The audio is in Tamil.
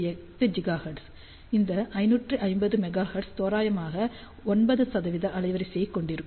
8 ஜிகாஹெர்ட்ஸ் இந்த 550 மெகா ஹெர்ட்ஸ் தோராயமாக 9 அலைவரிசையைக் கொண்டிருக்கும்